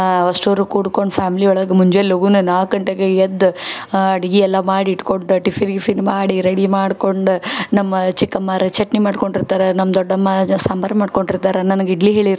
ಅಷ್ಟುರು ಕೂಡ್ಕೊಂಡು ಫ್ಯಾಮ್ಲಿ ಒಳಗೆ ಮುಂಜಾನೆ ಲಘೂನ ನಾಲ್ಕು ಗಂಟೆಗೆ ಎದ್ದು ಅಡುಗೆ ಎಲ್ಲ ಮಾಡಿ ಇಟ್ಕೊಂಡು ಟಿಫಿನ್ ಗಿಫಿನ್ ಮಾಡಿ ರೆಡಿ ಮಾಡ್ಕೊಂಡು ನಮ್ಮ ಚಿಕ್ಕಮ್ಮೋರು ಚಟ್ನಿ ಮಾಡ್ಕೊಂಡಿರ್ತಾರ ನಮ್ಮ ದೊಡ್ಡಮ್ಮ ಜ ಸಾಂಬಾರು ಮಾಡ್ಕೊಂಡಿರ್ತಾರೆ ನನಗೆ ಇಡ್ಲಿ ಹೇಳಿರ್ತಾರೆ